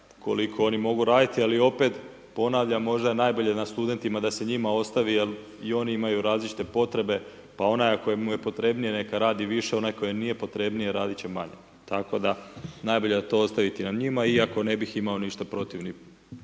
koliko oni mogu raditi ali opet, ponavljam, možda je najbolje na studentima da se njima ostavi jer i oni imaju različite potrebe pa onaj ako mu je potrebnije, neka radi više, onaj kojemu nije potrebnije, radit će manje. Tako da najbolje da ostavite na njima iako ne bih imao ništa protiv